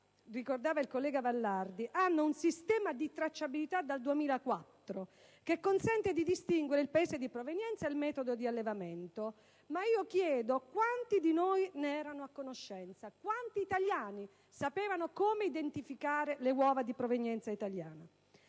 ricordato il collega Vallardi - hanno un sistema di tracciabilità dal 2004, che consente di distinguere il Paese di provenienza e il metodo di allevamento. Ma io chiedo quanti di noi ne erano a conoscenza, quanti italiani sapevano come identificare le uova di provenienza italiana.